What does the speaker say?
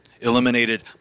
eliminated